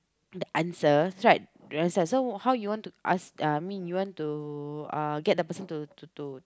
that answer right the answer so how you want to ask uh I mean you want to uh get the person to to to